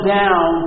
down